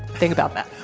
think about that.